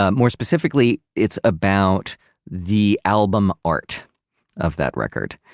ah more specifically, it's about the album art of that record.